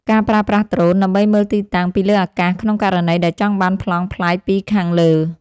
ការប្រើប្រាស់ដ្រូន ដើម្បីមើលទីតាំងពីលើអាកាស ក្នុងករណីដែលចង់បានប្លង់ប្លែកពីខាងលើ។